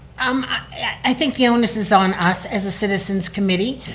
um i think the onus is on us as a citizens committee.